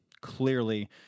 clearly